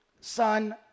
Son